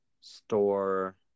store